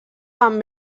van